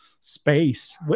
space